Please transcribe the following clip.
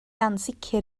ansicr